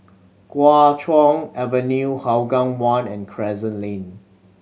Kuo Chuan Avenue Hougang One and Crescent Lane